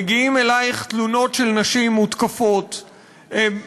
מגיעות אלייך תלונות של נשים המותקפות באלימות.